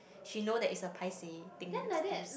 she know that is a paiseh things to